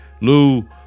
Lou